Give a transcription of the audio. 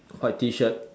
white T shirt